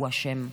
הוא אשם.